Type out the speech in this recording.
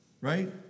Right